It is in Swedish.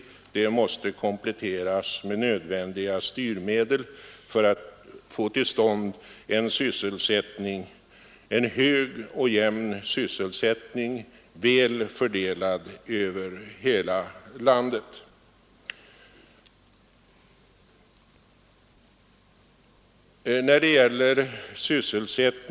Planeringen måste kompletteras med nödvändiga styrmedel för att vi skall få till stånd en hög och jämn sysselsättning, väl fördelad över hela landet.